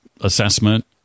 assessment